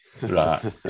Right